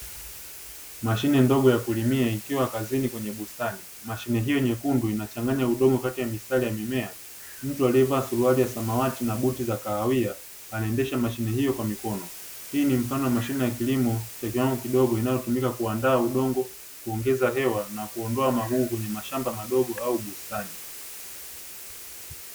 Mashine ndogo ya kulimia ikiwa kazini kwenye bustani. Mashine hiyo nyekundu inachanganya udongo kati ya mistari ya mimea, mtu aliyevaa suruali ya samawati na buti za kahawia anaendesha mashine hiyo kwa mikono. Hii ni mfano wa mashine ya kilimo cha kiwango kidogo inayotumika kuandaa udongo kuongeza hewa na kuondoa magugu kwenye mashamba madogo au bustani.